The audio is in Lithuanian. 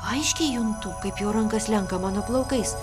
aiškiai juntu kaip jo ranka slenka mano plaukais